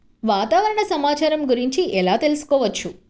వాతావరణ సమాచారము గురించి ఎలా తెలుకుసుకోవచ్చు?